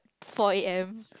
four A_M